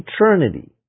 eternity